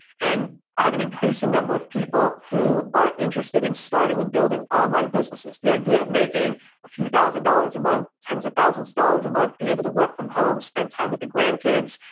and i have an increasing number of people who are interested in starting and building online businesses. the idea of making a few thousand dollars a month, tens of thousands of dollars a month, being able to work from home, spend time with the grandkids,